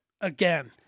again